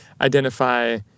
identify